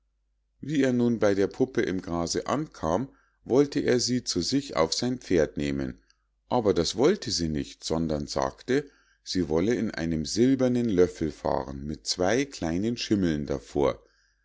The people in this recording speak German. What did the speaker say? wie er nun bei der puppe im grase ankam wollte er sie zu sich auf sein pferd nehmen aber das wollte sie nicht sondern sagte sie wolle in einem silbernen löffel fahren mit zwei kleinen schimmeln davor